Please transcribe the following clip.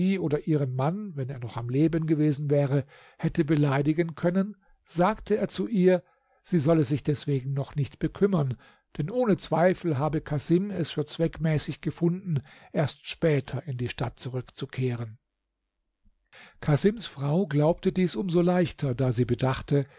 oder ihren mann wenn er noch am leben gewesen wäre hätte beleidigen können sagte er zu ihr sie solle sich deswegen noch nicht bekümmern denn ohne zweifel habe casim es für zweckmäßig gefunden erst später in die stadt zurückzukehren casims frau glaubte dies um so leichter da sie bedachte